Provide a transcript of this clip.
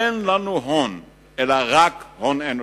אין לנו הון, אלא רק הון אנושי.